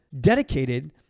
dedicated